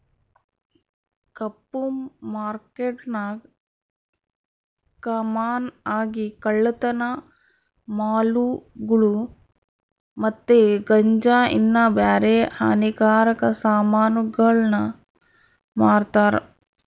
ಕಪ್ಪು ಮಾರ್ಕೆಟ್ನಾಗ ಕಾಮನ್ ಆಗಿ ಕಳ್ಳತನ ಮಾಲುಗುಳು ಮತ್ತೆ ಗಾಂಜಾ ಇನ್ನ ಬ್ಯಾರೆ ಹಾನಿಕಾರಕ ಸಾಮಾನುಗುಳ್ನ ಮಾರ್ತಾರ